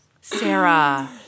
Sarah